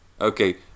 Okay